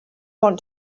want